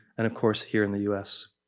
and of course here in the us.